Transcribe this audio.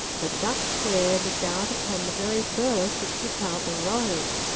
but duck square looked out upon the very birth of trafalgar road,